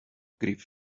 grief